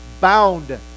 bound